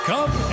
Come